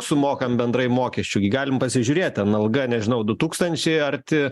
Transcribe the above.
sumokam bendrai mokesčių gi galim pasižiūrėti ten alga nežinau du tūkstančiai arti